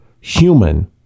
human